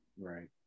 right